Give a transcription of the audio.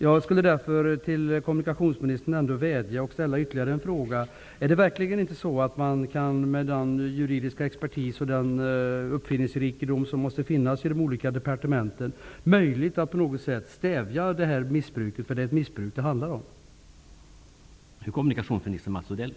Jag vill därför framföra en vädjan till kommunikationsministern och samtidigt ställa ytterligare en fråga: Är det verkligen inte med hjälp av den juridiska expertis och den uppfinningsrikedom som måste finnas inom de olika departementen möjligt att på något sätt stävja detta missbruk, eftersom det handlar om ett missbruk?